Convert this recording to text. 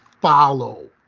follow